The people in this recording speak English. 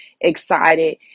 excited